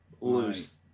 Loose